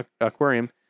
aquarium